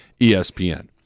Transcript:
ESPN